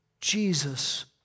Jesus